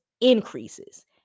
increases